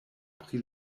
pri